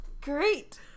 Great